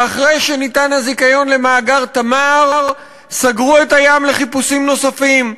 ואחרי שניתן הזיכיון למאגר "תמר" סגרו את הים לחיפושים נוספים.